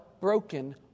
broken